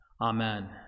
Amen